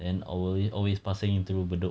then I will I will always passing into bedok